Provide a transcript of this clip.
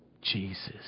Jesus